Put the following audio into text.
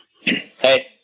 Hey